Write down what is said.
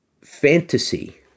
fantasy